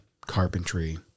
carpentry